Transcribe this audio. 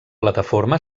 plataforma